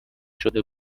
شده